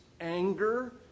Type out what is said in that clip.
anger